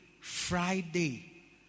friday